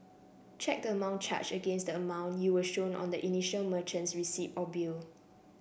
check the amount charged against the amount you were shown on the initial merchant's receipt or bill